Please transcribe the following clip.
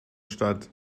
statt